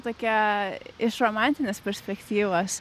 tokia iš romantinės perspektyvos